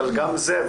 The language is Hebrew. וגם זה,